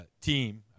team